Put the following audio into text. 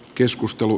keskustelu